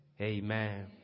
Amen